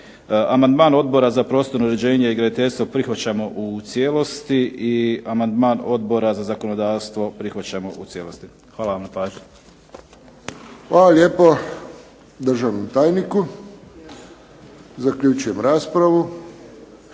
Amandman Odbora za prostorno uređenje i graditeljstvo prihvaćamo u cijelosti i amandman Odbora za zakonodavstvo prihvaćamo u cijelosti. Hvala vam na pažnji. **Friščić, Josip (HSS)** Hvala lijepo državnom tajniku. Zaključujem raspravu.